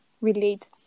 relate